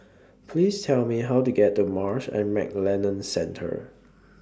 Please Tell Me How to get to Marsh and McLennan Centre